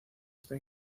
está